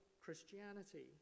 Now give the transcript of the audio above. Christianity